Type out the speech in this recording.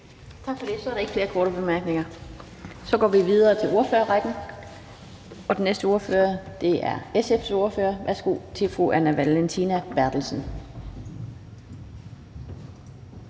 Tak for det. Så er der ikke flere korte bemærkninger. Vi går videre i ordførerrækken, og den næste ordfører er SF's ordfører. Værsgo til fru Anne Valentina Berthelsen.